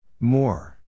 More